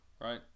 right